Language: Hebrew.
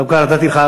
דווקא נתתי לך,